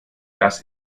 das